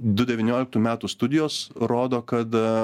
du devynioliktų metų studijos rodo kad